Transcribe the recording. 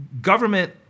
Government